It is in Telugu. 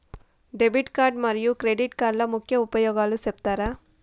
డెబిట్ కార్డు మరియు క్రెడిట్ కార్డుల ముఖ్య ఉపయోగాలు సెప్తారా?